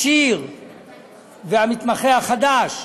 שיר והמתמחה החדש,